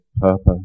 purpose